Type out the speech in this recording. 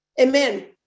amen